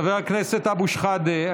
חבר הכנסת אבו שחאדה,